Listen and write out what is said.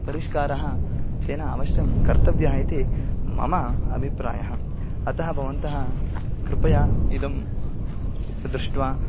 परिष्कारः तेन अवश्यं कर्तव्यः इति मम अभिप्रायः अतः भवन्तः कृपया इदं दृष्ट्वा